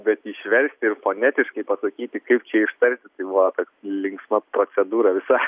bet išversti ir fonetiškai pasakyti kaip čia ištarti tai buvo linksma procedūra visa